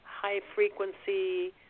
high-frequency